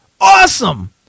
awesome